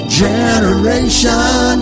generation